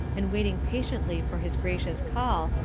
and waiting patiently for his gracious call,